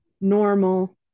normal